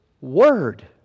Word